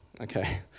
okay